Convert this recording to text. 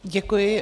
Děkuji.